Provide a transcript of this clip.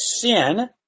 sin